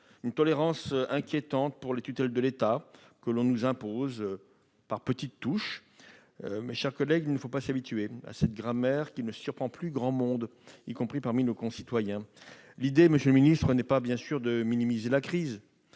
une tolérance inquiétante pour la tutelle de l'État, que l'on nous impose par petites touches. Mes chers collègues, il ne faut pas s'habituer à cette grammaire, qui ne surprend plus grand monde, y compris parmi nos concitoyens ... Bien évidemment, monsieur le ministre, il ne s'agit pas de minimiser la crise